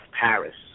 Paris